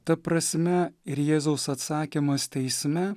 ta prasme ir jėzaus atsakymas teisme